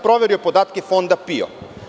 Proverio sam podatke Fonda PIO.